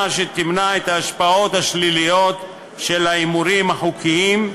שתמנע את ההשפעות השליליות של ההימורים החוקיים,